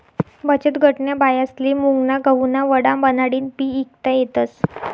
बचतगटन्या बायास्ले मुंगना गहुना वडा बनाडीन बी ईकता येतस